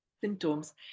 symptoms